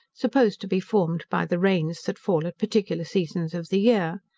supposed to be formed by the rains that fall at particular seasons of the year.